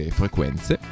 frequenze